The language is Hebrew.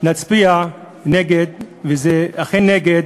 נצביע נגד, וזה אכן נגד